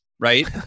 right